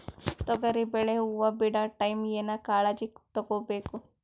ತೊಗರಿಬೇಳೆ ಹೊವ ಬಿಡ ಟೈಮ್ ಏನ ಕಾಳಜಿ ತಗೋಬೇಕು?